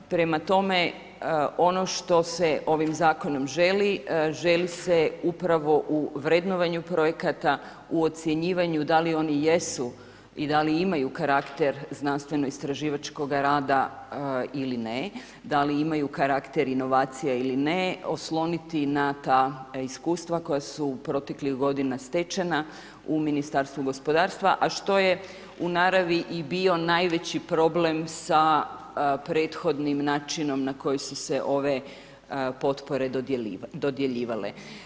Prema tome, ono što se ovim zakonom želi, želi se upravo u vrednovanju projekata u ocjenjivanju da li oni jesu i da li imaju karakter znanstvenoistraživačkog rada ili ne, da li imaju karakter inovacija ili ne osloniti na ta iskustva koja su proteklih godina stečena u Ministarstvu gospodarstva, a što je u naravi i bio najveći problem sa prethodnim načinom na koji su se ove potpore dodjeljivale.